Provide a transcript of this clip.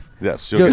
Yes